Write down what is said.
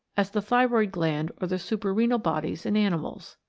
as the thyroid gland or the suprarenal bodies in animals.